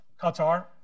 Qatar